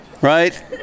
right